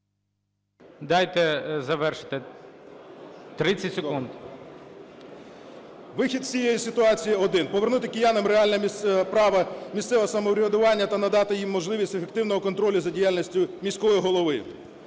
Дайте завершити 30 секунд. КЛОЧКО А.А. Вихід з цієї ситуації один - повернути киянам реальне право місцевого самоврядування та надати їм можливість ефективного контролю за діяльністю міського голови.